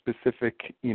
specific